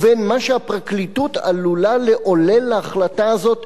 ובין מה שהפרקליטות עלולה לעולל להחלטה הזאת,